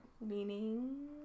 Meaning